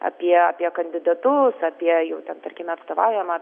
apie apie kandidatus apie jų ten tarkime atstovaujamą